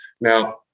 Now